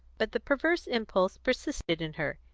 but the perverse impulse persisted in her.